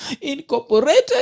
incorporated